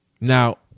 Now